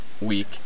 week